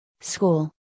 School